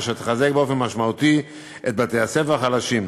אשר תחזק באופן משמעותי את בתי-הספר החלשים.